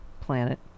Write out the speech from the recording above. planet